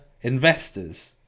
investors